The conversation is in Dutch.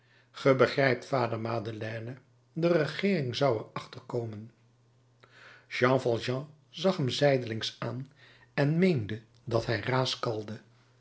vader madeleine de regeering zou er achter komen jean valjean zag hem zijdelings aan en meende dat hij